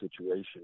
situation